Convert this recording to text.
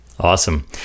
Awesome